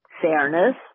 fairness